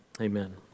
Amen